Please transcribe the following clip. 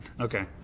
Okay